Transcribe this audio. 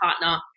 partner